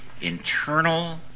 internal